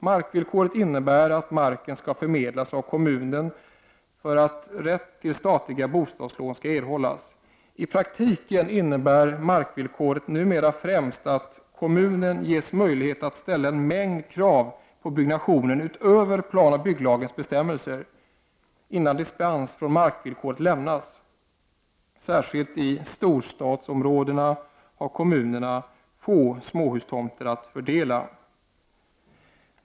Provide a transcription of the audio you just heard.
Markvillkoret innebär att marken skall förmedlas av kommunen för att rätt till statliga bostadslån skall erhållas. I praktiken innebär markvillkoret numera främst att kommunen ges möjlighet att ställa en mängd krav på byggnationen utöver planoch bygglagens bestämmelser innan dispens från markvillkoret lämnas. Särskilt i storstadsområdena har kommunerna få småhustomter att fördela.